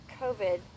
COVID